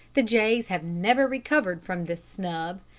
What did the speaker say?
the jays have never recovered from this snub,